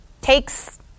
takes